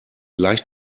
leicht